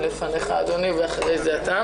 לפניך אדוני ואחרי זה אתה.